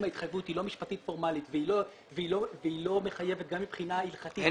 ההתחייבות היא לא משפטית פורמלית והיא לא מחייבת גם מבחינה הלכתית,